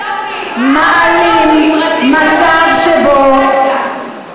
מעלים מצב שבו,